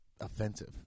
offensive